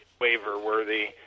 waiver-worthy